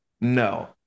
no